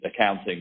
accounting